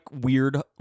weird